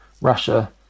russia